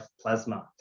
plasma